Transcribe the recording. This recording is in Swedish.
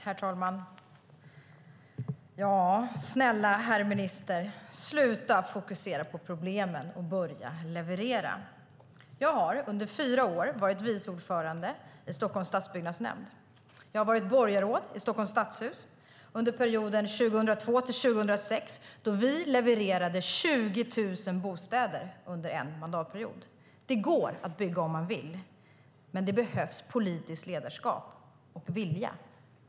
Herr talman! Snälla herr minister - sluta fokusera på problemen och börja leverera! Jag har under fyra år varit vice ordförande i Stockholms stadsbyggnadsnämnd. Jag var borgarråd i Stockholms stadshus under perioden 2002-2006, då vi levererade 20 000 bostäder under en mandatperiod. Det går att bygga om man vill. Men det behövs politiskt ledarskap och vilja.